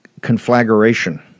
conflagration